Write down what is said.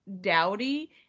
dowdy